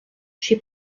she